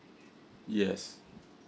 yes